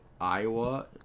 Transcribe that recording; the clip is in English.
Iowa